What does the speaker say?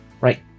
Right